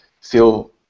feel